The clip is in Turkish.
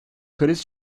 kriz